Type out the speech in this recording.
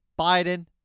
Biden